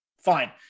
Fine